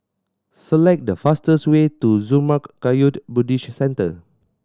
select the fastest way to Zurmang Kagyud Buddhist Centre